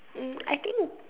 mm I think